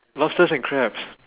lobsters and crabs